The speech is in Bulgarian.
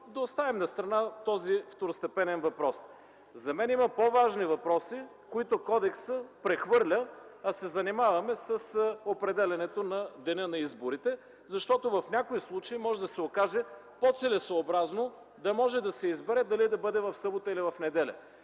да оставим настрана този второстепенен въпрос. За мен има много по-важни въпроси, които кодексът прехвърля, а се занимаваме с определянето на деня на изборите, защото в някои случаи може да се окаже по-целесъобразно да може да се избере дали да бъде в събота или в неделя.